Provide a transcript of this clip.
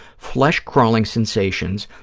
flesh-crawling sensations,